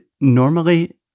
Normally